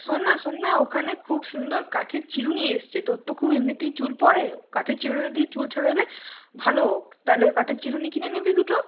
শোন না শোন না ওখানে খুব সুন্দর কাঠের চিরুনি এসছে তোর তো খুব এমনিতেই চুল পরে কাঠের চিরুনি দিয়ে চুল ছাড়ালে ভালো তাহলে কাঠের চিরুনি কিনে নিবি দুটো